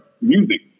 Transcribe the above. music